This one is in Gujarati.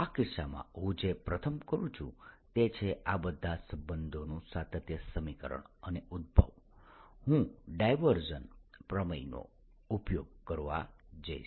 આ કિસ્સામાં હું જે પ્રથમ કરું છું તે છે આ બધા સંબંધોનું સાતત્ય સમીકરણ અને ઉદ્દભવ હું ડાયવર્જન્સ પ્રમેયનો ઉપયોગ કરવા જઈશ